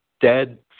dead